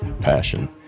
passion